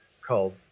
called